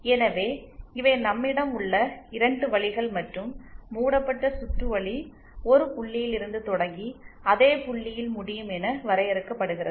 எனவே இவை நம்மிடம் உள்ள 2 வழிகள் மற்றும் மூடப்பட்ட சுற்று வழி ஒரு புள்ளியில் இருந்து தொடங்கி அதே புள்ளியில் முடியும் என வரையறுக்கப்படுகிறது